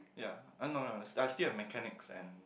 ya uh no no I I still have mechanics and